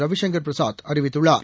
ரவிசங்கள் பிரசாத் அறிவித்துள்ளார்